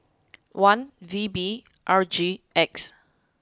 one V B R G X